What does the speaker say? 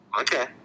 Okay